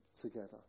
together